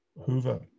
Hoover